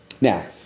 Now